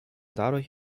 dadurch